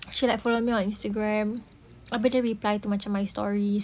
she like follow me on instagram apa dia reply to macam my stories